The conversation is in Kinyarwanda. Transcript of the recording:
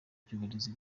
ry’uburezi